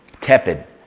tepid